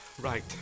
right